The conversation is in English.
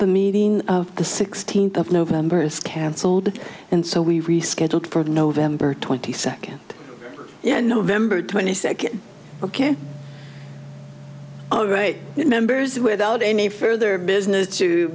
the meeting of the sixteenth of november is cancelled and so we rescheduled for november twenty second and november twenty second ok all right members without any further business to